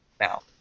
now